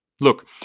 Look